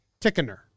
Tickener